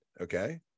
okay